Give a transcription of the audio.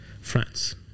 France